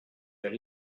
that